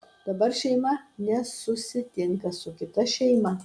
dabar šeima nesusitinka su kita šeima